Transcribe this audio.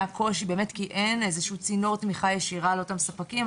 היה קושי באמת כי אין איזשהו צינור תמיכה ישירה לאותם ספקים.